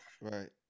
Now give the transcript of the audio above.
Right